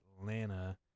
Atlanta